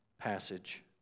passage